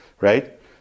Right